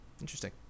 interesting